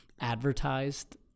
advertised